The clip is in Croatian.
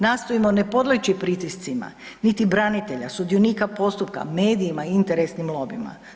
Nastojimo ne podleći pritiscima niti branitelja, sudionika postupka, medijima i interesnim lobijima.